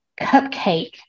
cupcake